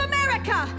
America